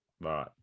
right